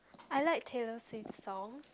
I like Taylor-Swift song